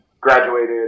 Graduated